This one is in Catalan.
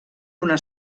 una